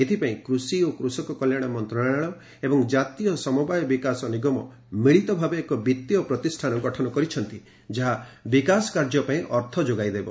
ଏଥିପାଇଁ କୁଷି ଓ କୃଷକ କଲ୍ୟାଣ ମନ୍ତ୍ରଣାଳୟ ଏବଂ ଜାତୀୟ ସମବାୟ ବିକାଶ ନିଗମ ଏନ୍ସିଡିସି ମିଳିତଭାବେ ଏକ ବିତ୍ତୀୟ ପ୍ରତିଷ୍ଠାନ ଗଠନ କରିଛନ୍ତି ଯାହା ବିକାଶ କାର୍ଯ୍ୟ ପାଇଁ ଅର୍ଥ ଯୋଗାଇ ଦେବ